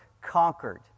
conquered